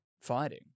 fighting